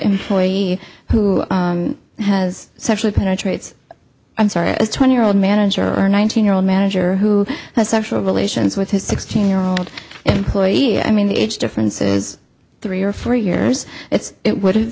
employee who has sexually penetrates i'm sorry a twenty year old manager or nineteen year old manager who has sexual relations with his sixteen year old employee i mean the age difference is three or four years it's it would